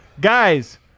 guys